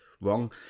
wrong